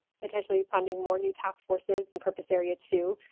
potentially funding more new task forces, and purpose area two,